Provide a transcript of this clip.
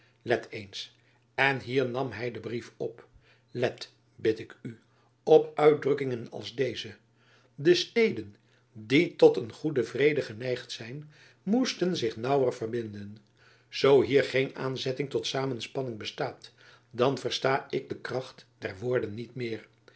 let eens en hier nam hy den brief op let bid ik u op uitdrukkingen als deze de steden die tot een goeden vrede geneigd zijn moesten zich naauwer verbinden zoo hier geen aanzetting tot samenspanning bestaat dan versta ik de kracht der woorden niet meer